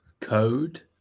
Code